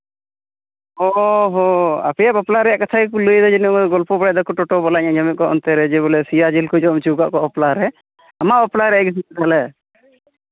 ᱚ ᱦᱳ ᱟᱯᱮᱭᱟᱜ ᱵᱟᱯᱞᱟ ᱨᱮᱭᱟᱜ ᱠᱟᱛᱷᱟ ᱜᱮᱠᱚ ᱞᱟᱹᱭᱫᱟ ᱡᱟᱹᱱᱤᱡ ᱜᱚᱞᱯᱚ ᱵᱟᱲᱟᱭ ᱫᱟᱠᱚ ᱴᱳᱴᱳ ᱵᱟᱞᱟᱧ ᱟᱸᱡᱚᱢᱮᱫ ᱠᱚᱣᱟ ᱚᱱᱛᱮ ᱨᱮ ᱡᱮ ᱵᱚᱞᱮ ᱥᱮᱭᱟ ᱡᱤᱞ ᱠᱚ ᱡᱚᱢ ᱦᱚᱪᱚᱣᱠᱟᱜ ᱠᱚᱣᱟ ᱵᱟᱯᱞᱟ ᱨᱮ ᱟᱢᱟᱜ ᱵᱟᱯᱞᱟ ᱨᱮ ᱥᱮ ᱵᱚᱞᱮ